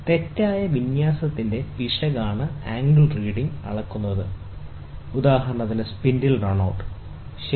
തെറ്റായ വിന്യാസത്തിന്റെ പിശകാണ് ആംഗിൾ റീഡിംഗ് അളക്കുന്നത് ഉദാഹരണത്തിന് സ്പിൻഡിൽ റൺ ഔട്ട് ശരി